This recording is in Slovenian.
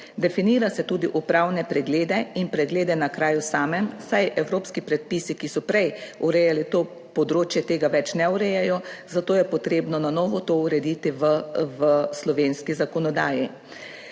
Definira se tudi upravne preglede in preglede na kraju samem, saj evropski predpisi, ki so prej urejali to področje, tega več ne urejajo, zato je potrebno na novo to urediti v slovenski zakonodaji,